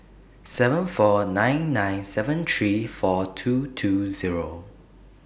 seven four nine nine seven three four two two Zero